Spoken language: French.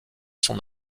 son